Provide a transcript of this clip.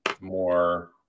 more